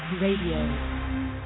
Radio